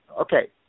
Okay